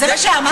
זה מה שהוא אמר?